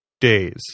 days